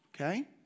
okay